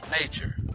nature